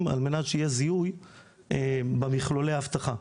על מנת שיהיה זיהוי במכלולי האבטחה.